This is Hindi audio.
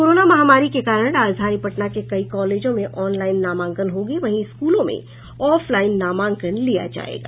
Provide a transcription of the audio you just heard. कोरोना महामारी के कारण राजधानी पटना के कई कॉलेजों में ऑनलाईन नामांकन होगी वहीं स्कूलों में ऑफलाईन नामांकन लिया जायेगा